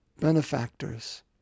Benefactors